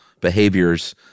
behaviors